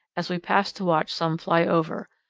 as we paused to watch some fly over.